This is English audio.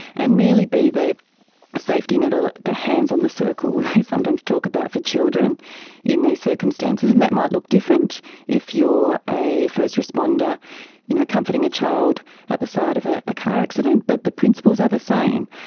and really be the safety net or the hands on the circle we sometimes talk about for children in the circumstances. and that might look different if you are a first responder you know comforting a child at the side of ah a car accident but the principles are the same.